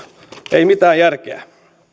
ei mitään järkeä